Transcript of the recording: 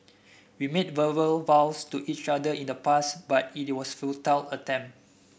we made verbal vows to each other in the past but it was a futile attempt